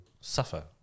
suffer